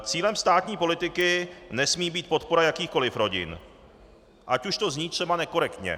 Cílem státní politiky nesmí být podpora jakýchkoliv rodin, ať už to zní třeba nekorektně.